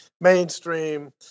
mainstream